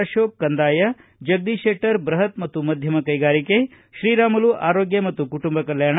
ಅಶೋಕ್ ಕಂದಾಯ ಜಗದೀಶ್ ಶೆಟ್ಟರ್ ಬೃಹತ್ ಮತ್ತು ಮಧ್ಯಮ ಕೈಗಾರಿಕೆ ಶ್ರೀರಾಮುಲು ಆರೋಗ್ಯ ಮತ್ತು ಕುಟುಂಬ ಕಲ್ಕಾಣ